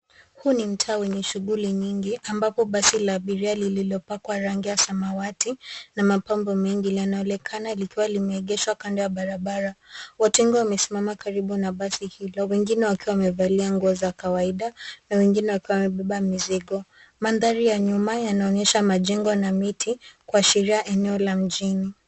Huu ni mtaa wenye shughuli nyingi ambapo basi la abiria lililopakwa rangi ya samawati na mapambo mengi, linaonekana likiwa limeegeshwa kando ya barabara. Watu wengi wamesimama karibu na basi hilo, wengine wakiwa wamevalia nguo za kawaida na wengine wakiwa wamebeba mizigo. Mandhari ya nyuma yanaonyesha majengo na miti kuashiria eneo la mjini.